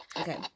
okay